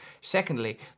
Secondly